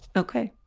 ok,